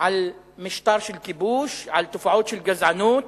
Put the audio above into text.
על משטר של כיבוש, על תופעות של גזענות,